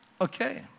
Okay